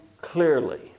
clearly